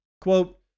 Quote